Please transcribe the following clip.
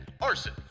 arson